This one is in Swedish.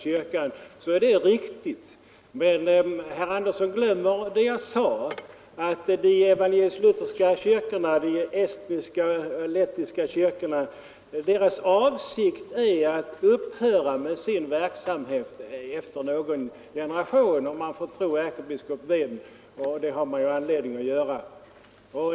Men herr Andersson i Lycksele glömmer det jag sade, att de estniska och lettiska evangelisk-lutherska kyrkoma har för avsikt att upphöra med sin verksamhet efter någon generation och uppgå i svenska kyrkan, om man får tro ärkebiskop Weem.